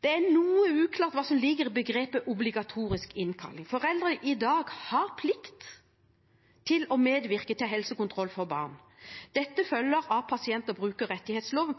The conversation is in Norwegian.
Det er noe uklart hva som ligger i begrepet «obligatorisk innkalling». Foreldre har i dag en plikt til å medvirke til helsekontroll for barn. Dette følger av pasient- og brukerrettighetsloven